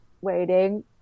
waiting